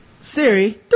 Siri